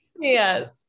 Yes